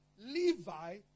Levi